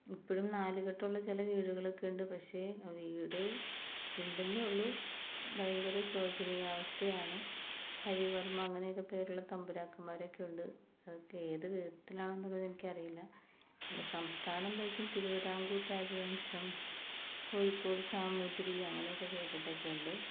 ഇപ്പഴും നാലുകെട്ടുള്ള ചില വീടുകളൊക്കെയുണ്ട് പക്ഷെ ആ വീട് ഉണ്ടെന്നെ ഉള്ളു ഭയങ്കര ശോചനിയാവസ്ഥയാണ് ഹരിവര്മ്മ അങ്ങനെയൊക്കെ പേരുള്ള തമ്പുരാക്കന്മാരൊക്കെ ഉണ്ട് അതൊക്കെ ഏതു വിധത്തിലാണ് എന്നുള്ളത് എനിക്കറിയില്ല സംസ്ഥാനം ഭരിച്ചിരുന്ന തിരുവിതാംകൂര് രാജവംശം കോഴിക്കോട് സാമുതിരി അങ്ങനെയൊക്കെ കേട്ടിട്ടൊക്കെ ഉണ്ട്